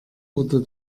wurde